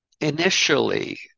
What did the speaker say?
initially